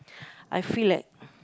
I feel like